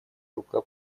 рука